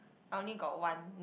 I only got one